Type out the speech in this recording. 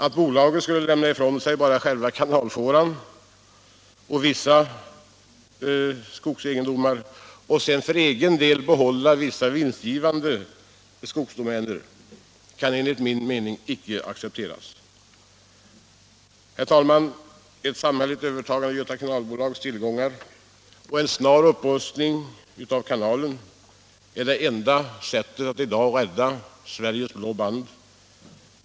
Att bolaget skulle lämna ifrån sig bara själva kanalfåran och vissa ursprungliga förläningsskogar och sedan för egen del behålla vissa vinstgivande skogsdomäner kan enligt min mening inte accepteras. Herr talman! Ett samhälleligt övertagande av Göta Kanalbolags tillgångar och en snar upprustning av kanalen är det enda sättet att i dag rädda ”Sveriges blå band”.